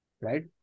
right